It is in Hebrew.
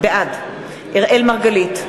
בעד אראל מרגלית,